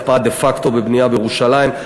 הקפאה דה-פקטו בבנייה בירושלים.